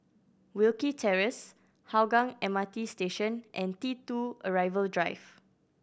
Wilkie Terrace Hougang M R T Station and T Two Arrival Drive